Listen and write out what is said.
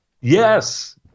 Yes